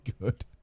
good